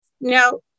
Now